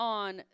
on